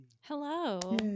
Hello